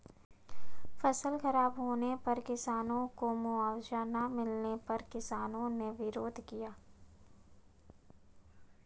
फसल खराब होने पर किसानों को मुआवजा ना मिलने पर किसानों ने विरोध किया